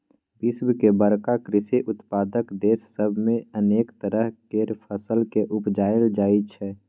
विश्व के बड़का कृषि उत्पादक देस सब मे अनेक तरह केर फसल केँ उपजाएल जाइ छै